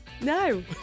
No